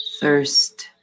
thirst